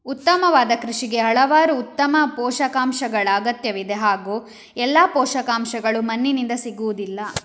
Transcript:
ಉತ್ತಮವಾದ ಕೃಷಿಗೆ ಹಲವಾರು ಉತ್ತಮ ಪೋಷಕಾಂಶಗಳ ಅಗತ್ಯವಿದೆ ಹಾಗೂ ಎಲ್ಲಾ ಪೋಷಕಾಂಶಗಳು ಮಣ್ಣಿನಿಂದ ಸಿಗುವುದಿಲ್ಲ